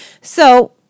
So-